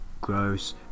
gross